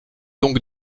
donc